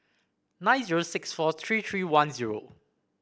nine zero six four three three one zero